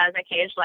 occasionally